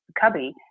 cubby